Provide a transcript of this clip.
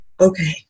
okay